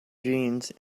jeans